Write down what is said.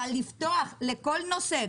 אבל לפתוח לכל נושא,